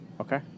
Okay